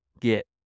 get